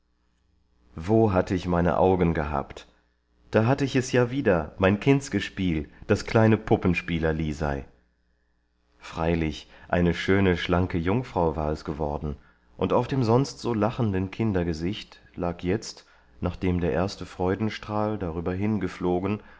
wo hatte ich meine augen gehabt da hatte ich es ja wieder mein kindsgespiel das kleine puppenspieler lisei freilich eine schöne schlanke jungfrau war es geworden und auf dem sonst so lachenden kindergesicht lag jetzt nachdem der erste freudenstrahl darüberhin